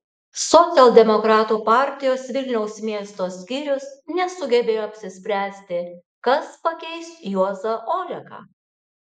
socialdemokratų partijos vilniaus miesto skyrius nesugebėjo apsispręsti kas pakeis juozą oleką